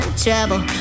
trouble